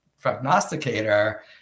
prognosticator